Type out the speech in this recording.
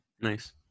Nice